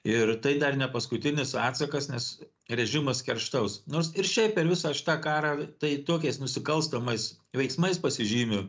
ir tai dar nepaskutinis atsakas nes režimas kerštaus nors ir šiaip per visą šitą karą tai tokiais nusikalstamais veiksmais pasižymi